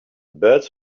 birds